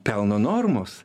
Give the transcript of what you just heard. pelno normos